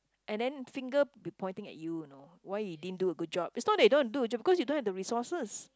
and then finger will be pointing at you you know why you didn't do a good job its not that you don't want to do because you don't have the resources